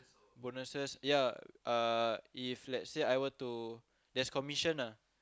bonuses yeah uh if lets say I were to there's commission lah